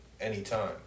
anytime